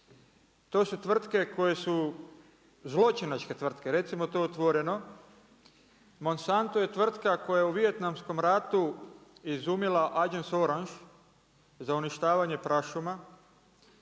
To su tvrtke koje su zločinačke tvrtke, recimo to otvoreno. Monsanto je tvrtka koja je u Vijetnamskom ratu izumila „Agent Orange“ za uništavanje prašuma